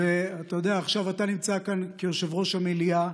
ואתה יודע, עכשיו אתה נמצא כאן כיושב-ראש המליאה,